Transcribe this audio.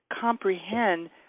comprehend